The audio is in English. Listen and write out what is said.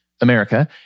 America